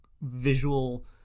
visual